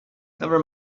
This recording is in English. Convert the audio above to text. never